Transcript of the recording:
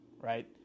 Right